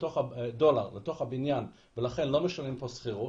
דולר לבניין ולכן לא משלמים פה שכירות,